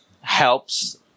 helps